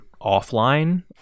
offline